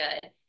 good